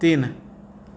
तीन